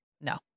no